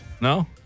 No